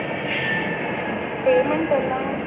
payment ఎలా